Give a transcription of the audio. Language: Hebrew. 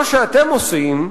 מה שאתם עושים,